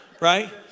Right